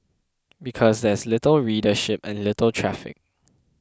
because there is little readership and little traffic